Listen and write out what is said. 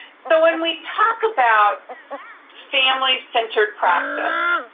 so when we talk about family-centered practice,